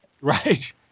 Right